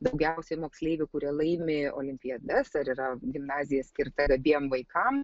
daugiausiai moksleivių kurie laimi olimpiadas ar yra gimnazija skirta gabiem vaikam